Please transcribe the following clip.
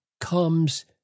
comes